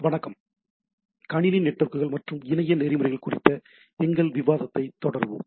வணக்கம் கணினி நெட்வொர்க்குகள் மற்றும் இணைய நெறிமுறைகள் குறித்த எங்கள் விவாதத்தைத் தொடருவோம்